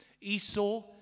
Esau